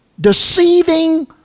deceiving